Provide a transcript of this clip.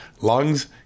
lungs